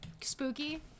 Spooky